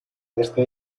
este